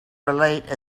relate